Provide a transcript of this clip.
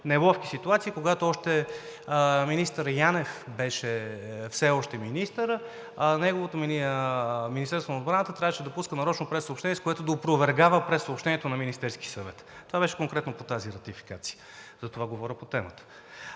неловки ситуации – когато министър Янев беше все още министър, а Министерството на отбраната трябваше да пуска нарочно прессъобщение, с което да опровергава прессъобщението на Министерския съвет. Това беше конкретно по тази ратификация, затова говоря по темата.